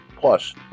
Plus